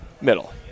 middle